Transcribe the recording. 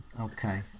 okay